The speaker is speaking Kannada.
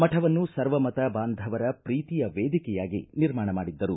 ಮಠವನ್ನು ಸರ್ವಮತ ಬಾಂಧವರ ಪ್ರೀತಿಯ ವೇದಿಕೆಯಾಗಿ ನಿರ್ಮಾಣ ಮಾಡಿದ್ದರು